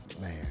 Man